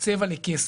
צבע לכסף.